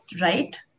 right